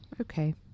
Okay